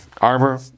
Armor